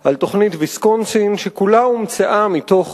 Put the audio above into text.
על תוכנית ויסקונסין, שכולה הומצאה מתוך